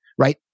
right